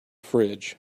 fridge